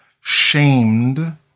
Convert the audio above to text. shamed